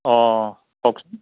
অ' কওকচোন